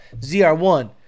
ZR1